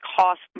cost